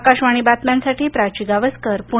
आकाशवाणी बातम्यांसाठी प्राची गावस्कर पुणे